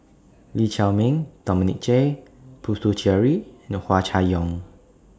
Lee Chiaw Meng Dominic J Puthucheary and Hua Chai Yong